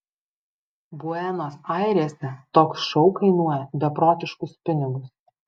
buenos airėse toks šou kainuoja beprotiškus pinigus